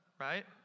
right